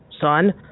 son